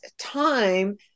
time